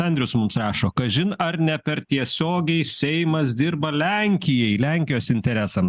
andrius mums rašo kažin ar ne per tiesiogiai seimas dirba lenkijai lenkijos interesams